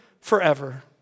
forever